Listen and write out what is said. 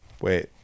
wait